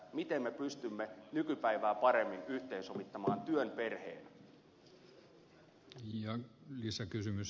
miten me pystymme nykypäivää paremmin yhteensovittamaan työn ja perheen